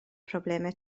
problemau